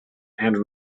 and